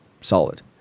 solid